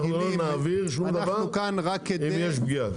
אנחנו לא נעביר שום דבר אם יש פגיעה.